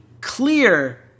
clear –